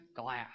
glass